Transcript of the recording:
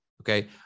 okay